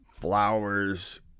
Flowers